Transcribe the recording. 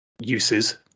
uses